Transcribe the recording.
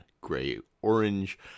gray-orange